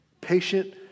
Patient